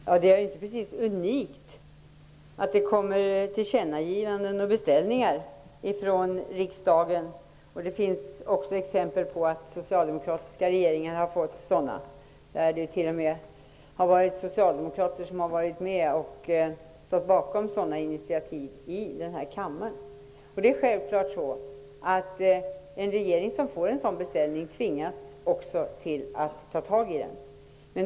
Herr talman! Det är inte precis unikt med tillkännagivanden och beställningar från riksdagen. Det finns också exempel på att socialdemokratiska regeringar har fått sådana och där t.o.m. socialdemokrater har stått bakom initiativen i riksdagen. En regering som får en sådan beställning tvingas att ta itu med frågan.